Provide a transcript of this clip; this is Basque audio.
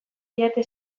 diete